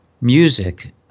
music